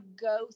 go